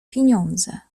pieniądze